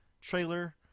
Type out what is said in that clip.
trailer